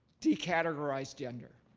decategorize gender?